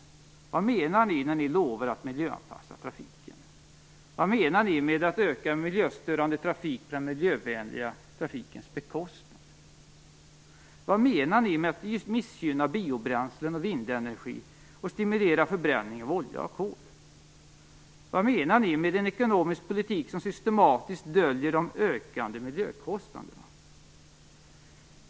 Vad menar ni när ni lovar att miljöanpassa trafiken? Vad menar ni med att öka miljöstörande trafik på den miljövänliga trafikens bekostnad? Vad menar ni med att missgynna biobränslen och vindenergi och stimulera förbränning av olja och kol? Vad menar ni med en ekonomisk politik som systematiskt döljer de ökande miljökostnaderna?